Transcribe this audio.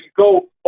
go